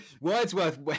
Wordsworth